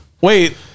Wait